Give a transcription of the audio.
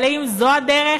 אבל האם זו הדרך